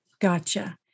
Gotcha